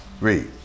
Read